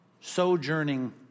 sojourning